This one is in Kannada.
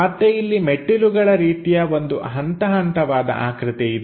ಮತ್ತೆ ಇಲ್ಲಿ ಮೆಟ್ಟಿಲುಗಳ ರೀತಿಯ ಒಂದು ಹಂತ ಹಂತವಾದ ಆಕೃತಿ ಇದೆ